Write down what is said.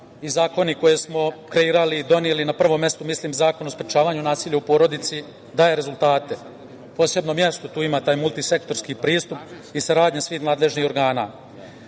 i zakoni koje smo kreirali i doneli. Na prvom mestu mislim na Zakon o sprečavanju nasilja u porodici daje rezultate. Posebno mesto ima taj multisektorski pristup i saradnja svih nadležnih organa. Prema